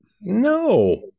No